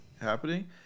happening